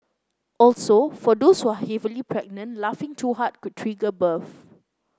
also for those who are heavily pregnant laughing too hard could trigger birth